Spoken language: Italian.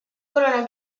furono